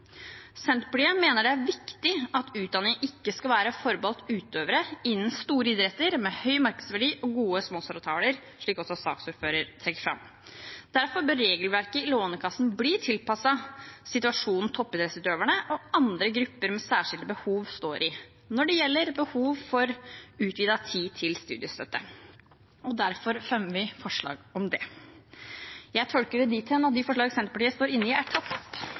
Senterpartiet mener det er viktig at utdanning ikke skal være forbeholdt utøvere innen store idretter med stor markedsverdi og gode sponsoravtaler, slik også saksordføreren trekker fram. Derfor bør regelverket i Lånekassen bli tilpasset situasjonen toppidrettsutøverne og andre grupper med særskilte behov står i når det gjelder behov for utvidet tid til studiestøtte. Derfor fremmer vi forslag om det. Å drive med idrett er viktig i et folkehelseperspektiv. Det er viktig for den enkeltes helse og trivsel, og det er